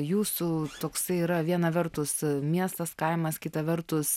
jūsų toksai yra viena vertus miestas kaimas kita vertus